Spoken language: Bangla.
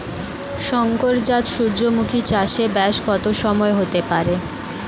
শংকর জাত সূর্যমুখী চাসে ব্যাস কত সময় হতে পারে?